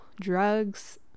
drugs